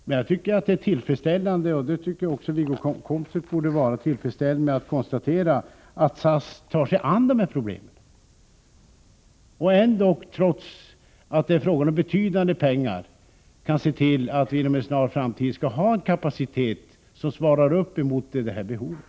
Men jag tycker att det är tillfredsställande — och Wiggo Komstedt borde också vara tillfredsställd med att konstatera —- att SAS tar sig an dessa problem och trots att det är fråga om betydande pengar kan se till att vi inom en snar framtid skall ha en kapacitet som svarar mot behovet.